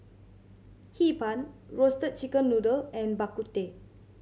Hee Pan Roasted Chicken Noodle and Bak Kut Teh